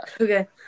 Okay